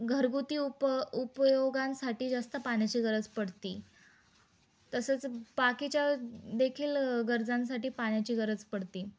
घरगुती उप उपयोगांसाठी जास्त पाण्याची गरज पडती तसंच बाकीच्या देखील गरजांसाठी पाण्या्ची गरज पडती